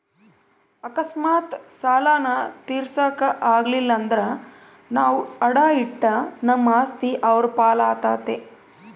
ಅಕಸ್ಮಾತ್ ಸಾಲಾನ ತೀರ್ಸಾಕ ಆಗಲಿಲ್ದ್ರ ನಾವು ಅಡಾ ಇಟ್ಟ ನಮ್ ಆಸ್ತಿ ಅವ್ರ್ ಪಾಲಾತತೆ